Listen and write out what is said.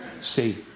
See